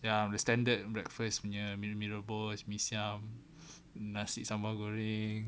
ya the standard breakfast punya mee rebus mee siam nasi sambal goreng